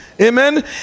Amen